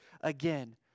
again